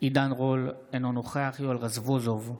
עידן רול, אינו נוכח יואל רזבוזוב,